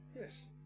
Yes